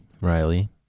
Riley